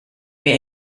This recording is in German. mir